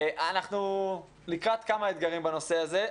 אנחנו לקראת כמה אתגרים בנושא הזה.